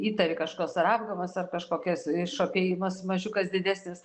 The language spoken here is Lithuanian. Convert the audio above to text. įtari kažkas ar apgamas ar kažkokias išopėjimas mažiukas didesnis